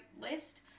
list